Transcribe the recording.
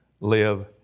live